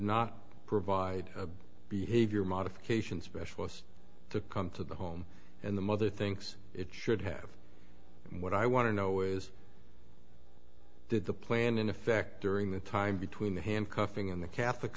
not provide a behavior modification specialist to come to the home and the mother thinks it should have what i want to know is that the plan in effect during the time between the handcuffing in the catholic